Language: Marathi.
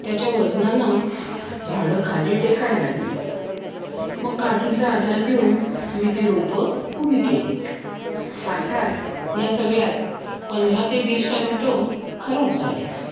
त्याच्या वजनानं झाडं खाली टेकायला लागली मग काठीचा आधार देऊन मी ती रोपं उभी केली अर्थात या सगळ्यात पंधरा ते वीस टमॅटो खराब झाले